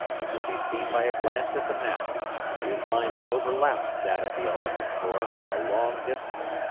it will be seen by a glance at the map that his lines overlapped that of the eleventh corps for a long distance,